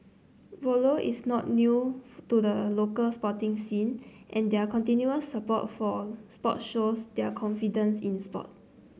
Volvo is not new to the local sporting scene and their continuous support for sports shows their confidence in sport